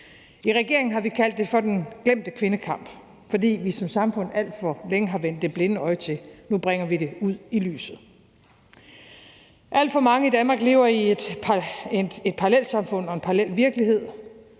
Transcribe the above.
I regeringen har vi kaldt det for den glemte kvindekamp, fordi vi som samfund alt for længe har vendt det blinde øje til; nu bringer vi det ud i lyset. Alt for mange i Danmark lever i et parallelsamfund og en parallel virkelighed